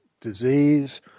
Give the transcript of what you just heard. disease